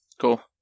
Cool